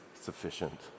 sufficient